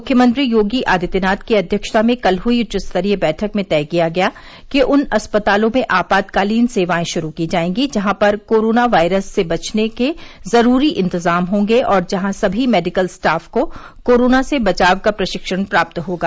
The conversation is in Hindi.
मुख्यमंत्री योगी आदित्यनाथ की अध्यक्षता में कल हुई उच्चस्तरीय बैठक में तय किया गया कि उन अस्पतालों में आपातकालीन सेवाएं शुरू की जाएंगी जहां पर कोरोना वायरस से बचने के जरूरी इंतजाम होंगे और जहां सभी मेडिकल स्टाफ को कोरोना से बचाव का प्रशिक्षण प्राप्त होगा